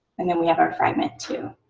and then we have our fragment two.